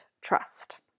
trust